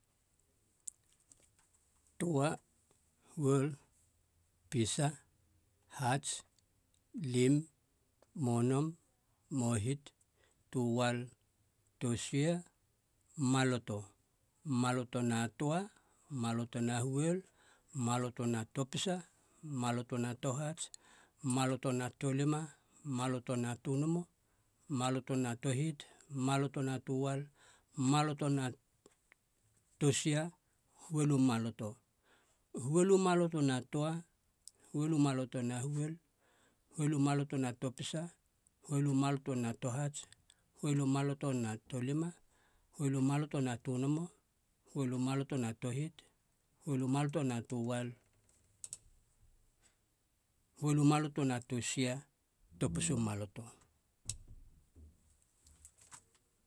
Toa, huol, pisa, hats, lim, monom, mohit, töal tosie, maloto, maloto na toa, maloto na huol, maloto na topisa, maloto na tohats, maloto na tolima, maloto na tönomo, maloto na tohit, maloto na töal maloto na tosie, huol u maloto, huol u maloto na toa, huol u maloto na huol, huol u maloto na topisa, huol u maloto na tohats, huol u maloto na tolima, huol u maloto na tönomo, huol u maloto na tohit huol u maloto na töal huol u maloto na tosie, topisu maloto.